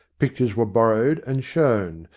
pictures were borrowed and shown,